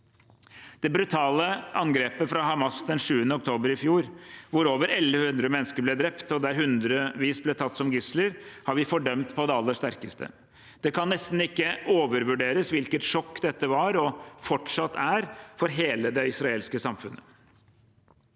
Det brutale angrepet fra Hamas den 7. oktober i fjor, hvor over 1 100 mennesker ble drept og hundrevis ble tatt som gisler, har vi fordømt på det aller sterkeste. Det kan nesten ikke overvurderes hvilket sjokk dette var og fortsatt er for hele det israelske samfunnet.